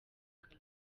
ingano